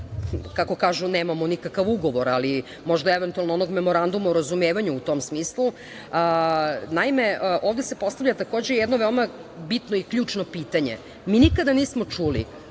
kako kažu, nemamo nikakav ugovor ali možda eventualno onog memoranduma o razumevanju u tom smislu, naime, ovde se postavlja takođe jedno veoma bitno i ključno pitanje - mi nikada nismo čuli